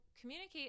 communicate